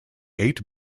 eight